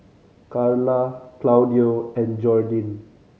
Carla Claudio and Jordin